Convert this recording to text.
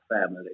family